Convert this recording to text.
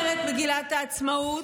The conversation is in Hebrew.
כאן, אומרת מגילת העצמאות,